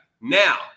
Now